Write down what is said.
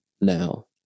now